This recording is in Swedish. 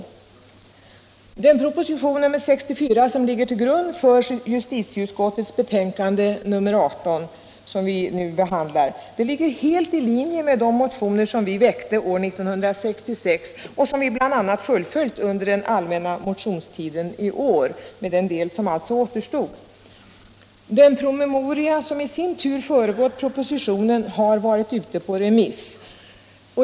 Och propositionen 1975/76:64 som ligger till grund för justitieutskottets betänkande nr 18, som vi nu behandlar, ligger helt i linje med de motioner som vi väckte år 1966 och som vi under den allmänna motionstiden i år har fullföljt i vad gäller den del som återstod. Den promemoria som i sin tur föregått propositionen har varit ute på remiss.